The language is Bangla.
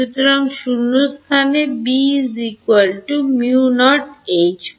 সুতরাং শূন্যস্থানে